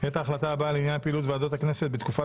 את ההחלטה הבאה לעניין פעילות ועדות הכנסת בתקופת